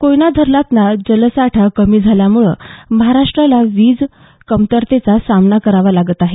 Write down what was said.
कोयना धरणातला जलसाठा कमी झाल्यामुळं महाराष्ट्राला वीज कमतरतेचा सामना करावा लागत आहे